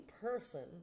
person